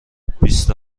بیست